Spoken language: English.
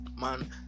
man